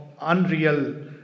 unreal